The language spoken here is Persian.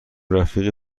رفیق